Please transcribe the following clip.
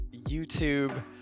YouTube